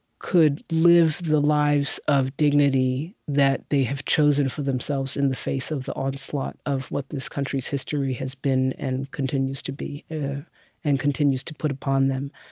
could live the lives of dignity that they have chosen for themselves in the face of the onslaught of what this country's history has been and continues to be and continues to put upon them.